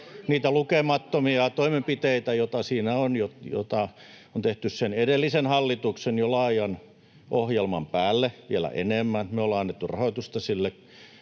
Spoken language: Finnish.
niitä lukemattomia toimenpiteitä, joita siinä on ja joita on tehty sen edellisen hallituksen jo laajan ohjelman päälle, vielä enemmän. Me ollaan annettu rahoitusta sille